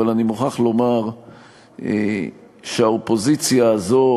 אבל אני מוכרח לומר שהאופוזיציה הזאת,